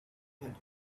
had